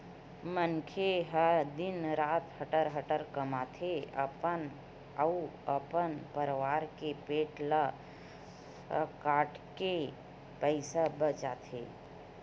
मनखे ह दिन रात हटर हटर कमाथे, अपन अउ अपन परवार के पेट ल काटके पइसा बचाथे